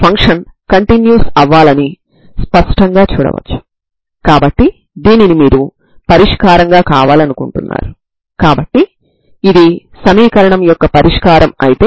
కాబట్టి k±iμ అవుతుంది కాబట్టి eiμx ఒక పరిష్కారం అవుతుంది మరియు e iμx ఇంకొక సరళ స్వతంత్ర పరిష్కారం అవుతుంది